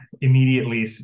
immediately